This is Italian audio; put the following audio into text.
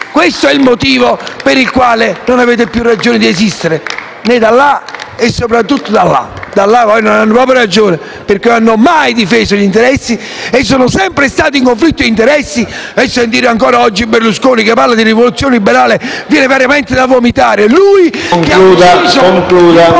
Questo è il motivo per il quale non avete più ragione di esistere, né da una parte né soprattutto dall'altra. Quelli poi di una certa parte non hanno proprio ragione, perché non hanno mai difeso gli interessi, anzi sono sempre stati in conflitto di interessi. A sentire ancora oggi Berlusconi parlare di rivoluzione liberale viene veramente da vomitare: lui che ha ucciso